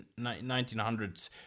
1900s